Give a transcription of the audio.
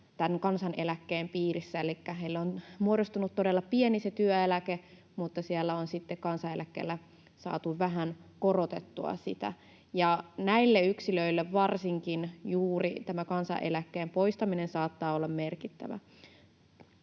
kansaneläkkeen piirissä, elikkä heille on muodostunut todella pieni työeläke, mutta siellä on sitten kansaneläkkeellä saatu vähän korotettua sitä. Näille yksilöille varsinkin juuri tämä kansaneläkkeen poistaminen saattaa olla merkittävä.